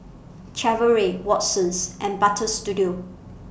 Chevrolet Watsons and Butter Studio